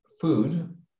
food